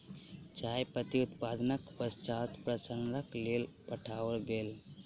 चाय पत्ती उत्पादनक पश्चात प्रसंस्करणक लेल पठाओल गेल